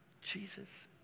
Jesus